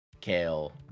Kale